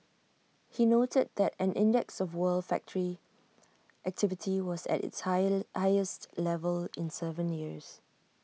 he noted that an index of world factory activity was at its high highest level in Seven years